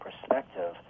perspective